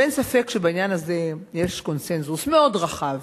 ואין ספק שבעניין הזה יש קונסנזוס מאוד רחב,